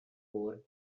wore